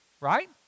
Right